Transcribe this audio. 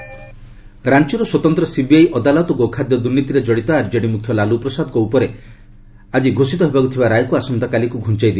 CBI Lalu ରାଞ୍ଚର ସ୍ୱତନ୍ତ୍ର CBI ଅଦାଲତ ଗୋଖାଦ୍ୟ ଦୁର୍ନୀତିରେ କଡ଼ିତ ଆର୍ଜେଡି ମୁଖ୍ୟ ଲାଲ୍ରପ୍ରସାଦଙ୍କ ଉପରେ ଆଜି ଘୋଷଣା ହେବାକୁ ଥିବା ରାୟକୁ ଆସନ୍ତାକାଲିକୁ ଘୁଞ୍ଚାଇ ଦେଇଛନ୍ତି